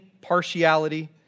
partiality